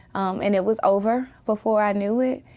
and it was over before i knew it.